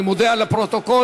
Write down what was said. אני מודיע לפרוטוקול,